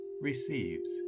receives